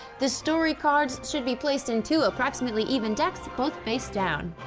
the story cards should be placed in two approximately even decks, both face down.